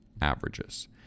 averages